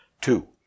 two